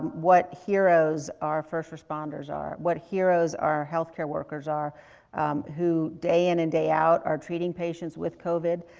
what heroes our first responders are, what heroes our healthcare workers are who, day in and day out, are treating patients with covid,